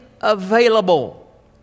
available